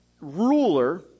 ruler